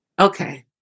Okay